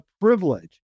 privilege